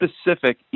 specific